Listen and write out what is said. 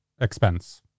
expense